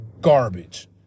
garbage